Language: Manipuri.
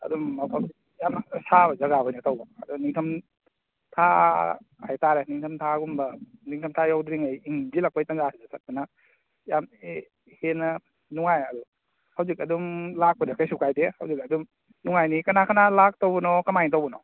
ꯑꯗꯨꯝ ꯃꯐꯝ ꯌꯥꯝꯅ ꯁꯥꯕ ꯖꯒꯥ ꯑꯣꯏꯅ ꯇꯧꯕ ꯑꯗꯨ ꯅꯤꯡꯊꯝ ꯊꯥ ꯍꯥꯏ ꯇꯔꯦ ꯅꯤꯡꯊꯝ ꯊꯥꯒꯨꯝꯕ ꯅꯤꯡꯊꯝ ꯊꯥ ꯌꯧꯗ꯭ꯔꯤꯉꯩ ꯏꯪꯁꯤꯜꯂꯛꯄꯩ ꯇꯥꯟꯖꯥꯁꯤꯗ ꯆꯠꯄꯅ ꯌꯥꯝ ꯍꯦꯟꯅ ꯅꯨꯡꯉꯥꯏ ꯑꯗꯨ ꯍꯧꯖꯤꯛ ꯑꯗꯨꯝ ꯂꯥꯛꯄꯗ ꯀꯩꯁꯨ ꯀꯥꯏꯗꯦ ꯑꯗꯨꯒ ꯑꯗꯨꯝ ꯅꯨꯡꯉꯥꯏꯅꯤ ꯀꯅꯥ ꯀꯅꯥ ꯂꯥꯛꯇꯧꯕꯅꯣ ꯀꯃꯥꯏ ꯇꯧꯕꯅꯣ